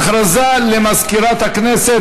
הודעה למזכירת הכנסת.